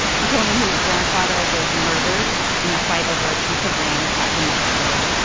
he told me his grandfather was murdered in a fight over a piece of land back in mexico,